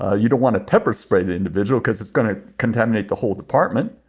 ah you don't want to pepper spray the individual cause it's gonna contaminate the whole department.